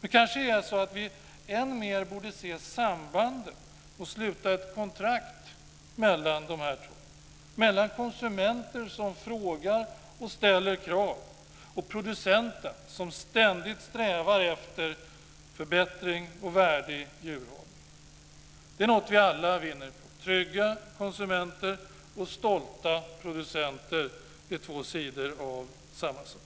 det är kanske så att vi än mer borde se sambanden och sluta ett kontrakt mellan dessa två, mellan konsumenter som frågar och ställer krav och producenter som ständigt strävar efter förbättringar och en värdig djurhållning. Det är någonting vi alla vinner på. Trygga konsumenter och stolta producenter är två sidor av samma sak.